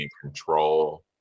control